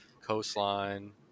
coastline